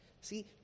See